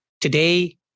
today